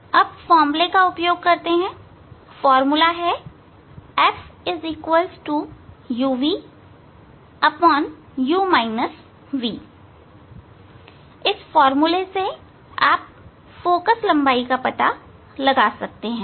अब formula f uvu v का उपयोग करके आप फोकल लंबाई f का पता लगा सकते हैं